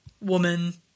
woman